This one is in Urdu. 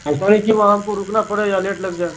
ایسا نہیں کہ وہاں ہم کو رکنا پڑے یا لیٹ لگ جائے